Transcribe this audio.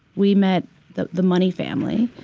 we met the the money family,